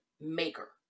maker